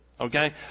Okay